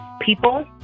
people